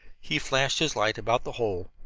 he flashed his light about the hole.